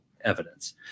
evidence